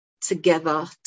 together